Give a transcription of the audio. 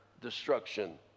destruction